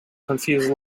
confused